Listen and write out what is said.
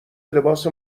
لباس